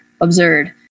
Absurd